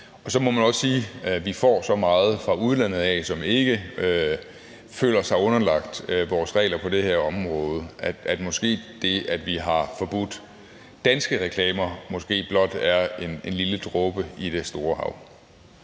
Så må man også sige, at vi får så meget fra udlandet, hvor man ikke føler sig underlagt vores regler på det her område, at det, at vi har forbudt danske reklamer, måske blot er en lille dråbe i det store hav.